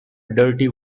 dirty